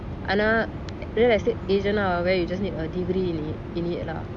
ஆனா:aana real estate agent lah where you just need a degree in it in it lah